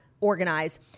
organize